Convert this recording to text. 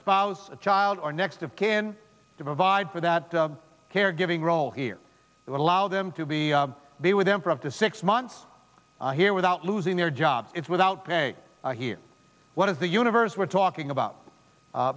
spouse a child or next of kin to provide for that caregiving role here allow them to be the with them for up to six months here without losing their job it's without pay here what is the universe we're talking about